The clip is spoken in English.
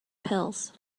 pills